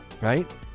right